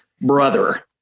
brother